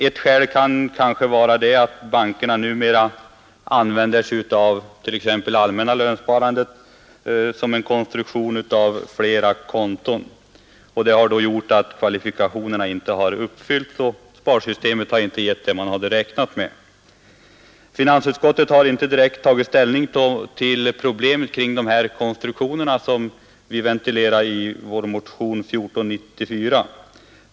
Ett skäl kan kanske vara att bankerna numera använder det allmänna lönsparandet som en konstruktion av flera konton. Detta har gjort att kvalifikationerna inte uppfyllts, och sparsystemet har inte blivit vad man räknat med. Finansutskottet har inte direkt tagit ställning till problem kring de konstruktioner som vi ventilerar i vår motion 1494.